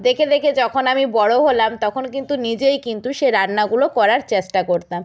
দেখে দেখে যখন আমি বড়ো হলাম তখন কিন্তু নিজেই কিন্তু সে রান্নাগুলো করার চেষ্টা করতাম